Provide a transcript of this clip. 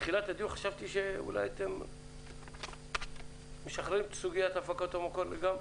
בתחילת הדיון חשבתי שאולי אתם משחררים את סוגיית הפקות המקור לגמרי.